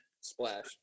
Splash